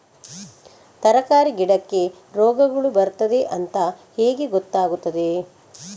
ತರಕಾರಿ ಗಿಡಕ್ಕೆ ರೋಗಗಳು ಬರ್ತದೆ ಅಂತ ಹೇಗೆ ಗೊತ್ತಾಗುತ್ತದೆ?